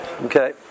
Okay